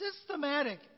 systematic